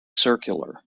circular